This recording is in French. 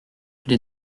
les